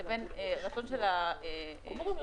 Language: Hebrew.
לבין רצון של הצרכן,